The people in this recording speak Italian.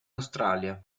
australia